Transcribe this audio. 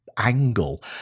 Angle